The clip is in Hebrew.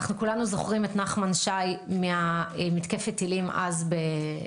כולנו זוכרים את נחמן שי ממתקפת הטילים במלחמת